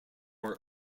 are